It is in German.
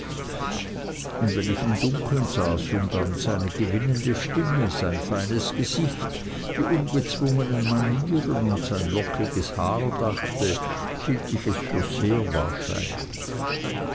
und wenn ich im dunkeln saß und an seine gewinnende stimme sein feines gesicht die ungezwungenen manieren und sein lockiges haar dachte hielt ich es für